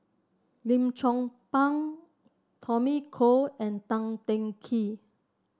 Lim Chong Pang Tommy Koh and Tan Teng Kee